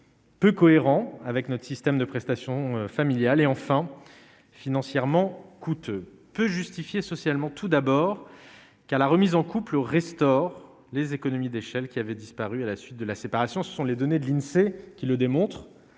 Peu cohérent avec notre système de prestations familiales et enfants financièrement coûteux peu justifier socialement tout d'abord, car la remise en couple restaure les économies d'échelle qui avait disparu à la suite de la séparation, ce sont les données de l'Insee qui le démontre,